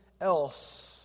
else